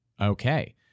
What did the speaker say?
okay